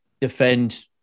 defend